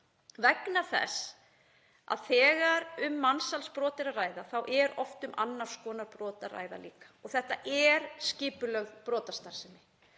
vegna þess að þegar um mansalsbrot er að ræða þá er oft um annars konar brot að ræða líka. Þetta er skipulögð brotastarfsemi.